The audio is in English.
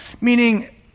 Meaning